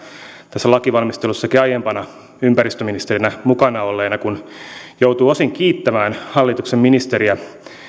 tässä lainvalmistelussakin aiempana ympäristöministerinä mukana olleena kun joudun osin kiittämään hallituksen ministeriä